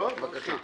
אוקיי, אז בבקשה.